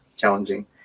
challenging